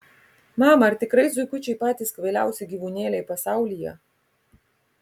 mama ar tikrai zuikučiai patys kvailiausi gyvūnėliai pasaulyje